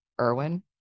Irwin